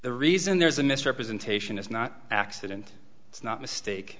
the reason there's a misrepresentation is not accident it's not mistake